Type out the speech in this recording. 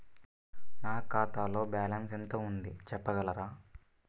నా ఖాతాలో బ్యాలన్స్ ఎంత ఉంది చెప్పగలరా?